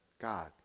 God